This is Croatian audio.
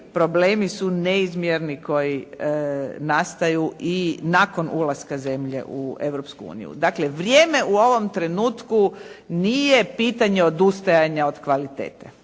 problemi su neizmjerni koji nastaju i nakon ulaska zemlje u Europsku uniju. Dakle vrijeme u ovom trenutku nije pitanje odustajanja od kvalitete.